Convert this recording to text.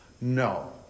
No